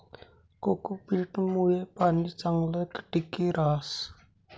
cocopeat मुये पाणी चांगलं टिकी रहास